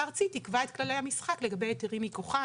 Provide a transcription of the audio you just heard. הארצית תקבע את כללי המשחק לגבי היתרים מכוחה.